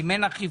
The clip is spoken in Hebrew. האם אין אכיפה,